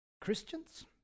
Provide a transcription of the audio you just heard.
Christians